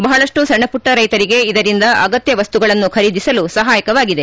ಬಹಳಷ್ಟು ಸಣ್ಣಮಟ್ಟ ರೈತರಿಗೆ ಇದರಿಂದ ಅಗತ್ಯ ವಸ್ತುಗಳನ್ನು ಖರೀದಿಸಲು ಸಹಾಯವಾಗಿದೆ